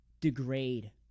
degrade